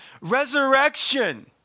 resurrection